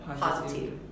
positive